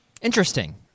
Interesting